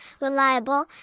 reliable